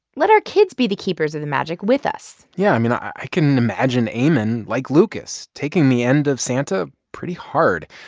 let our kids be the keepers of the magic with us yeah. i mean, i can imagine ayman, like lucas, taking the end of santa pretty hard.